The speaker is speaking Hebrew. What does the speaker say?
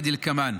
כדלקמן: